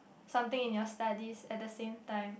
something in your studies at the same time